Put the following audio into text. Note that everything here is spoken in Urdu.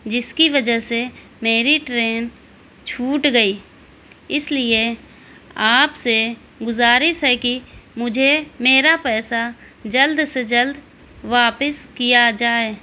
جس کی وجہ سے میری ٹرین چھوٹ گئی اس لیے آپ سے گزارش ہے کہ مجھے میرا پیسہ جلد سے جلد واپس کیا جائے